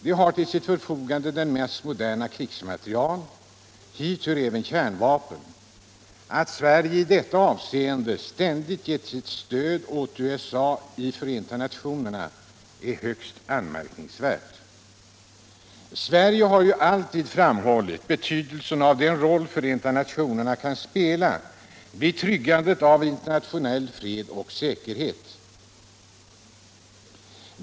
De har till sitt förfogande den mest moderna krigsmateriel — hit hör även kärnvapen. Att Sverige i detta avseende ständigt gett sitt stöd åt USA i Förenta nationerna är högst anmärkningsvärt. Sverige har ju alltid framhållit betydelsen av den roll Förenta nationerna kan spela vid tryggandet av internationell fred och säkerhet.